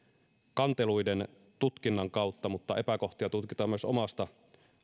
kanteluiden tutkinnan kautta mutta epäkohtia tutkitaan myös omasta